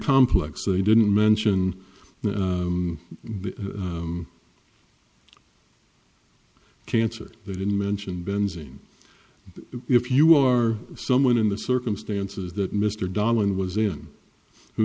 complex they didn't mention cancer they didn't mention benzene if you are someone in the circumstances that mr darwin was in who